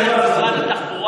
לא כולם.